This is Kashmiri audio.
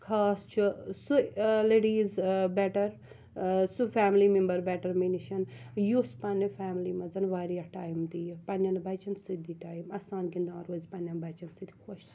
خاص چھُ سُہ لیڈیٖز بیٚٹَر سُہ فیملی ممبر بیٚٹَر مےٚ نِش یُس پَننہِ فیملی مَنٛز واریاہ ٹایِم دِیہِ پَننٮ۪ن بَچَن سۭتۍ دِیہِ ٹایِم اَسان گِنٛدان روزِ پَننٮ۪ن بَچَن سۭتۍ خۄش